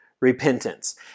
repentance